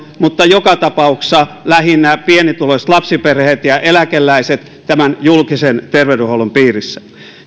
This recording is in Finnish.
mutta joka tapauksessa lähinnä pienituloiset lapsiperheet ja eläkeläiset julkisen terveydenhuollon piirissä